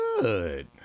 good